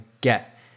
get